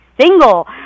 single